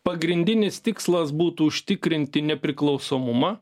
pagrindinis tikslas būtų užtikrinti nepriklausomumą